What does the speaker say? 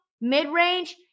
mid-range